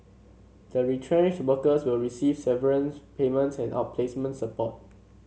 the retrenched workers will receive severance payments and outplacement support